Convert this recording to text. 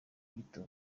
gito